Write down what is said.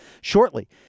shortly